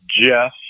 Jeff